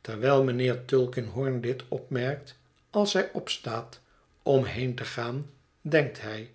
terwijl mijnheer tulkinghorn dit opmerkt als zij opstaat om heen te gaan denkt hij